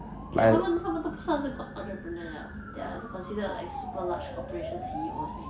K lah 他们他们都不算是 called entrepreneur liao there are just considered like super large corporations C_E_O already